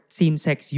same-sex